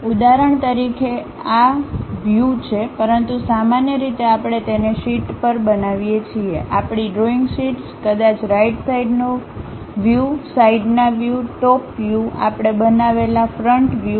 ઉદાહરણ તરીકે અહીં આ વ્યૂ છે પરંતુ સામાન્ય રીતે આપણે તેને શીટ પર બનાવીએ છીએ આપણી ડ્રોઇંગ શીટ્સ કદાચ રાઈટ સાઈડ નો વ્યૂ સાઈડનાં વ્યૂ ટોપ વ્યૂ આપણે બનાવેલ ફ્રન્ટ વ્યૂ